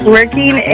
Working